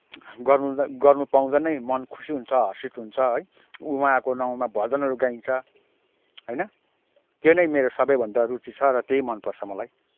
गर्नाले गर्नपाउँदा नै मन खुसी हुन्छ हर्षित हुन्छ है उहाँको नाउँमा भजनहरू गाइन्छ होइन त्यो नै मेरो सबैभन्दा रुचि छ र त्यही मनपर्छ मलाई